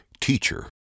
teacher